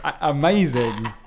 amazing